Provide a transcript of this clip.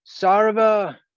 sarva